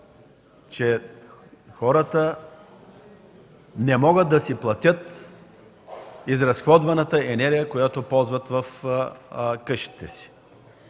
че хората не могат да си платят изразходваната енергия, която ползват в къщите си.